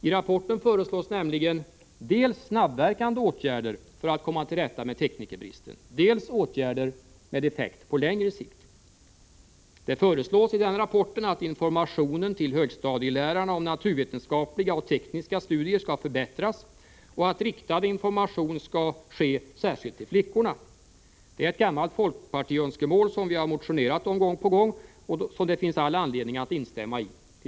I rapporten föreslås nämligen dels snabbverkande åtgärder för att man skall komma till rätta med teknikerbristen, dels åtgärder med effekt på längre sikt. Det föreslås i den rapporten att informationen till högstadielärarna om naturvetenskapliga och tekniska studier skall förbättras och att riktad information skall ske, särskilt till flickorna. Det är ett gammalt folkpartiöns kemål, som vi har framfört i motioner gång på gång och som det finns all Nr 98 anledning att instämma i.